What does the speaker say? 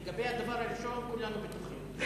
לגבי הדבר הראשון, כולנו בטוחים.